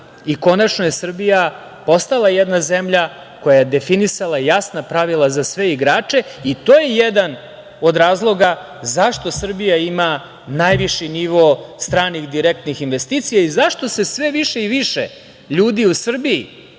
i konačno je Srbija postala jedna zemlja koja je definisala jasna pravila za sve igrače i to je jedan od razloga zašto Srbija ima najviši nivo stranih direktnih investicija i zašto se sve više i više ljudi u Srbiji,